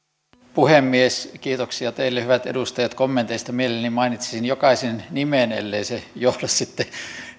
puhemies kiitoksia teille hyvät edustajat kommenteista mielelläni mainitsisin jokaisen nimen ellei se johda sitten